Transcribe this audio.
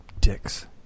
Dicks